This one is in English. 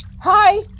Hi